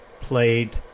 played